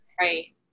Right